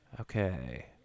Okay